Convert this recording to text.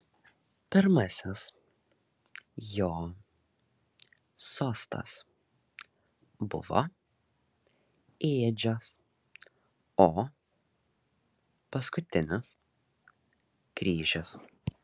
pirmasis jo sostas buvo ėdžios o paskutinis kryžius